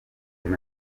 dogg